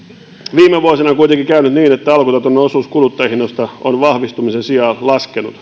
viime vuosina on kuitenkin käynyt niin että alkutuotannon osuus kuluttajahinnoista on vahvistumisen sijaan laskenut